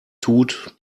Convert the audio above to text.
tut